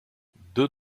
deux